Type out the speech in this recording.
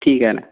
ठीक आहे ना